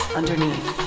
underneath